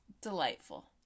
delightful